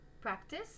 Practice